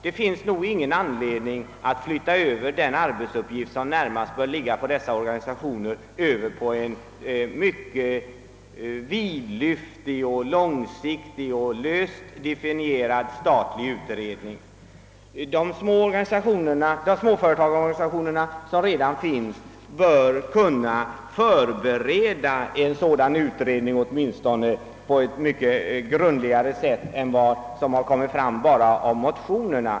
Det finns därför ingen anledning att flytta en arbetsuppgift, som närmast bör ligga hos dessa organisationer, över på en mycket vidlyftig, långsiktig och vagt definierad statlig utredning. De småföretagarorganisationer som redan finns bör åtminstone kunna förbereda en sådan utredning på ett mycket grundligare sätt än vad som varit möjligt att göra i motionerna.